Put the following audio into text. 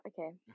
okay